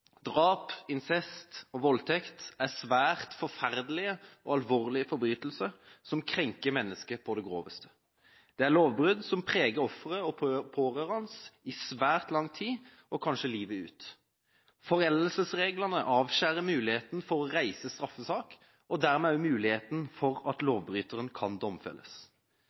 Drap, incest og voldtekt er svært forferdelige og alvorlige forbrytelser som krenker mennesket på det groveste. Dette er lovbrudd som preger offeret og pårørende i svært lang tid, kanskje livet ut. Foreldelsesreglene avskjærer muligheten for å reise straffesak og dermed også muligheten for at lovbryteren kan domfelles.